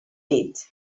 dits